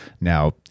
now